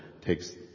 takes